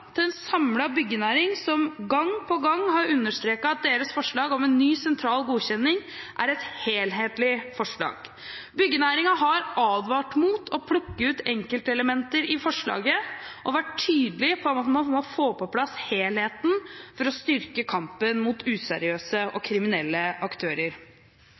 til en samlet byggenæring, som gang på gang har understreket at deres forslag om en ny sentral godkjenning er et helhetlig forslag. Byggenæringen har advart mot å plukke ut enkeltelementer i forslaget og vært tydelige på at man må få på plass helheten for å styrke kampen mot useriøse og kriminelle aktører.